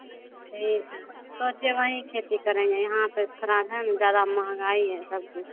ठीक है सोच रहे वहीं खेती करेंगे यहाँ पर थोड़ा है न ज़्यादा महँगाई है सब कुछ